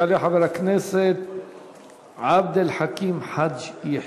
יעלה חבר הכנסת עבד אל חכים חאג' יחיא,